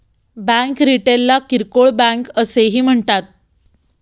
bank रिटेलला किरकोळ bank असेही म्हणतात